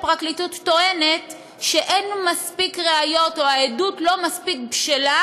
הפרקליטות טוענת שאין מספיק ראיות או שהעדות לא מספיק בשלה